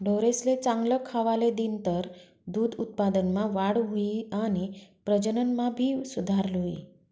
ढोरेसले चांगल खावले दिनतर दूध उत्पादनमा वाढ हुई आणि प्रजनन मा भी सुधार हुई